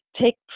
take